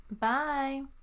Bye